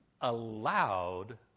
allowed